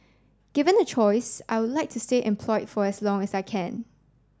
given a choice I would like to stay employed for as long as I can